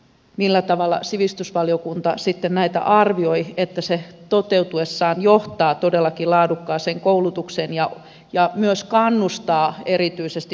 millä tavalla sivistysvaliokunta sitten näitä arvioi että se toteutuessaan johtaa todellakin laadukkaaseen koulutukseen ja myös kannustaa erityisesti